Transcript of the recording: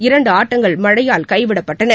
இரண்டு ஆட்டங்கள் மழையால் கைவிடப்பட்டன